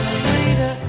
sweeter